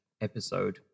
episode